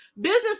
Business